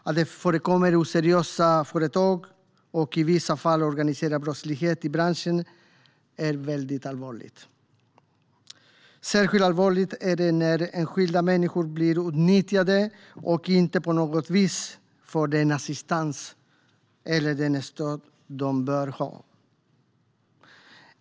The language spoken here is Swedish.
Att det förekommer oseriösa företag, och i vissa fall organiserad brottslighet, i branschen är väldigt allvarligt. Särskilt allvarligt är det när enskilda människor blir utnyttjade och inte på något vis får den assistans eller det stöd som de bör ha.